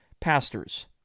pastors